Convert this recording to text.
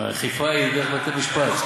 אכיפה היא דרך בתי-המשפט.